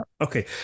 Okay